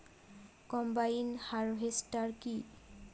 Combine harvester কি?